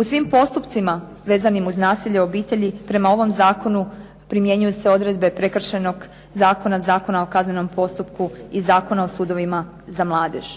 U svim postupcima vezanim uz nasilje u obitelji prema ovom zakonu primjenjuju se odredbe Prekršajnog zakona, Zakona o kaznenom postupku i Zakona o sudovima za mladež.